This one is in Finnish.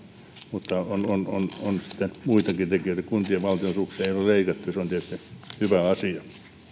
mutta on sitten muitakin tekijöitä kuntien valtionosuuksia ei ole leikattu ja se on tietysti hyvä asia